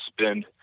spend